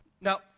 Now